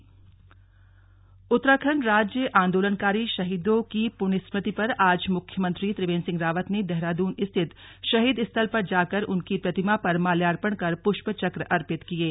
राज्य आन्दोलनकारी शहीद उत्तराखण्ड राज्य आन्दोलनकारी शहीदों की पुण्यस्मृति पर आज मुख्यमंत्री त्रिवेन्द्र सिंह रावत ने देहादून रिथत शहीद स्थल पर जाकर उनकी प्रतिमा पर माल्यार्पण कर पुष्पचक्र अर्पित किये